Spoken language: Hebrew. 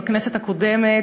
בכנסת הקודמת,